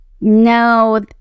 No